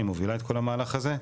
היא מובילה את כל המהלך הזה.